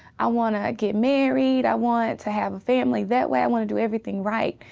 i want to get married. i want to have a family that way. i want to do everything right.